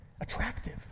attractive